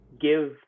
give